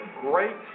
great